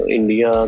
India